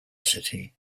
city